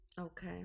Okay